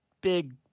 big